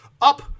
up